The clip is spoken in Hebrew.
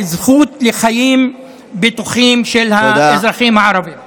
ולתת זכות לחיים בטוחים של האזרחים הערבים.